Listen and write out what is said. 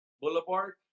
Boulevard